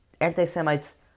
anti-Semites